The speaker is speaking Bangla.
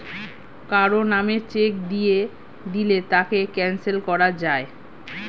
কারো নামে চেক দিয়ে দিলে তাকে ক্যানসেল করা যায়